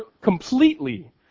completely